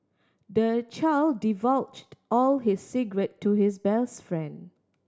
the child divulged all his secret to his best friend